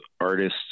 artists